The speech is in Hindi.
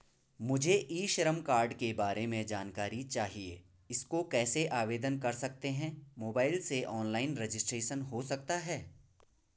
मुझे ई श्रम कार्ड के बारे में जानकारी चाहिए इसको कैसे आवेदन कर सकते हैं मोबाइल से ऑनलाइन रजिस्ट्रेशन हो सकता है?